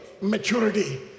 maturity